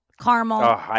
caramel